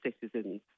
citizens